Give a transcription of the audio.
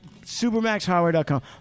Supermaxhardware.com